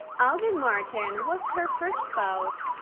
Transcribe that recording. alvin martin was her first spouse.